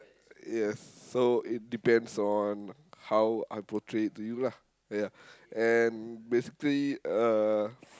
yes so it depends on how I portray it to you lah ya and basically uh